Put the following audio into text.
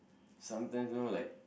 sometimes know like